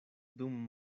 dum